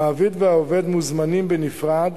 המעביד והעובד מוזמנים בנפרד